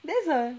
that's all